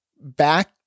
back